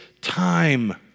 time